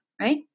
right